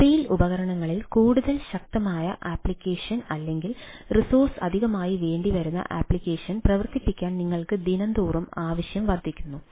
mobile ഉപകരണങ്ങളിൽ കൂടുതൽ ശക്തമായ ആപ്ലിക്കേഷൻ അല്ലെങ്കിൽ റിസോഴ്സ് അധികമായി വേണ്ടി വരുന്ന ആപ്ലിക്കേഷൻ പ്രവർത്തിപ്പിക്കാൻ നിങ്ങൾക്ക് ദിനം തോറും ആവശ്യം വർദ്ധിക്കുന്നു